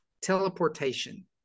teleportation